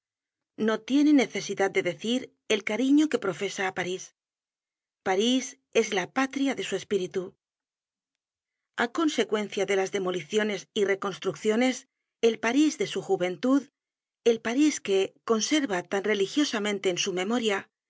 no tiene necesidad de decir el cariño que profesa á parís parís es la patria de su espíritu a consecuencia de las demoliciones y reconstrucciones el parís de su juventud el parís que conserva tan religiosamente en su memoria